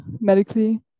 medically